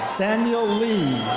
daniel lee.